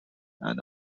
and